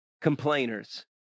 complainers